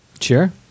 Sure